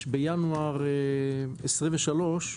בינואר 2023,